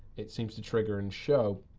it seems to trigger and show.